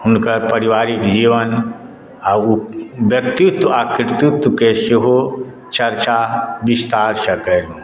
हुनकर परिवारिक जीवन आओर व्यक्तित्व आ कृतित्वक सेहो चर्चा विस्तारसँ केलहुँ